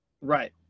right